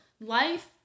life